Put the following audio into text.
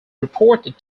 reported